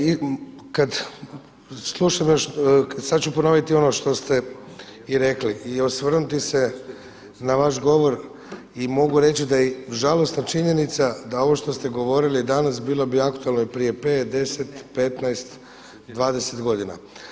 I kada slušam još, sada ću ponoviti ono što ste i rekli i osvrnuti se na vaš govor i mogu reći da je i žalosna činjenica da ovo što ste govorili danas bilo bi aktualno i prije 5, 10, 15, 20 godina.